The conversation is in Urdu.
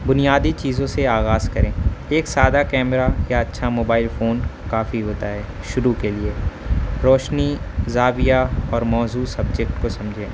بنیادی چیزوں سے آغاز کریں ایک سادہ کیمرہ یا اچھا موبائل فون کافی ہوتا ہے شروع کے لیے روشنی زاویہ اور موضوع سبجیکٹ کو سمجھیں